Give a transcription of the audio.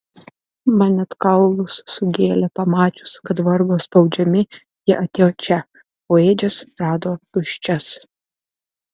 man net kaulus sugėlė pamačius kad vargo spaudžiami jie atėjo čia o ėdžias rado tuščias